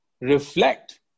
reflect